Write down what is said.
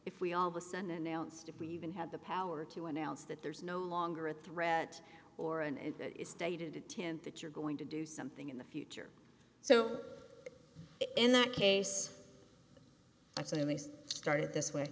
if we all listen announced if we even had the power to announce that there's no longer a threat or and it is stated intent that you're going to do something in the future so in that case i suddenly started